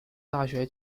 大学